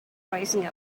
rising